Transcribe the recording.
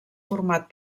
format